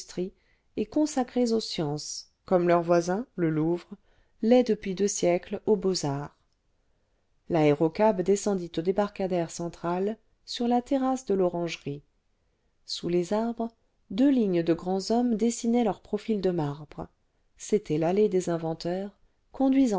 et consacrées aux sciences comme leur voisin le louvre t'est depuis deux siècles aux beaux-arts l'aérocab descendit au débarcadère central sur la terrasse de l'orangerie sous les arbres deux lignes de grands hommes dessinaient leurs profils de marbre c'était l'allée des inventeurs conduisant